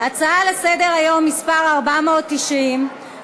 הצעה לסדר-היום מס' 490,